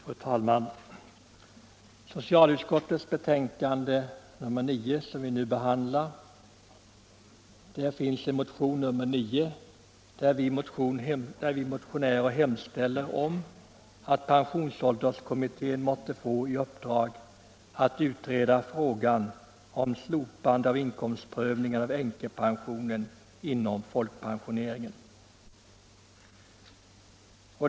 Fru talman! I socialförsäkringsutskottets betänkande nr 9, som vi nu diskuterar, behandlas en motion — nr 29 — i vilken vi motionärer hemställer att pensionsålderskommittén måtte få i uppdrag att utreda frågan om slopande av inkomstprövning av änkepension inom folkpensioneringen.